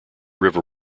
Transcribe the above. river